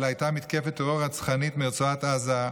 אלא הייתה מתקפת טרור רצחנית מרצועת עזה,